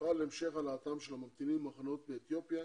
תפעל להמשך העלאתם של הממתינים במחנות באתיופיה